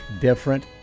different